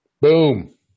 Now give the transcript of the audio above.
Boom